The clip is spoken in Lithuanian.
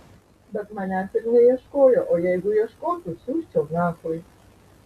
bet manęs ir neieškojo o jeigu ieškotų siųsčiau nachui